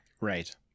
Right